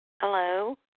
Hello